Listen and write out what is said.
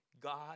God